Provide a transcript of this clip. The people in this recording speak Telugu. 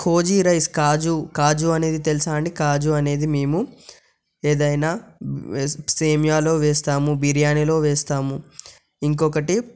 కోజి రైస్ కాజు కాజు అనేది తెలుసాండి కాజు అనేది మేము ఏదైనా సేమ్యాలో వేస్తాము బిర్యానీలో వేస్తాము ఇంకొకటి